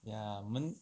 ya 我们